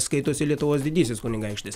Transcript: skaitosi lietuvos didysis kunigaikštis